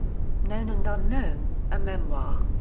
known and unknown a memoir.